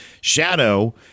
shadow